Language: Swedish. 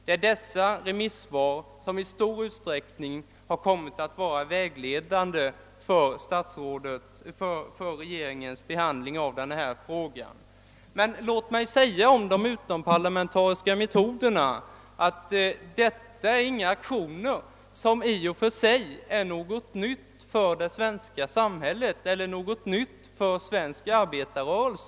Det är dessa remissvar som i stor utsträckning kommit att bli vägledande för regeringens behandling av denna fråga. Låt mig dock om de utomparlamentariska metoderna säga att det här inte är fråga om någonting nytt för det svenska samhället eller för svensk arbetarrörelse.